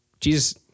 Jesus